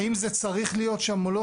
האם זה צריך להיות שם או לא?